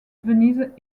venise